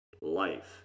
life